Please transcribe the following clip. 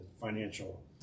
financial